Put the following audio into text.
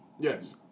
Yes